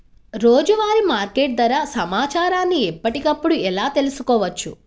రోజువారీ మార్కెట్ ధర సమాచారాన్ని ఎప్పటికప్పుడు ఎలా తెలుసుకోవచ్చు?